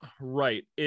right